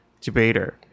debater